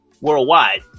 worldwide